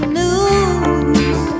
news